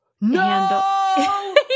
No